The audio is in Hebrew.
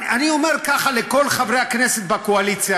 אני אומר ככה לכל חברי הכנסת בקואליציה.